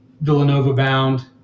Villanova-bound